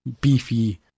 beefy